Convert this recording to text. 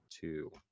Two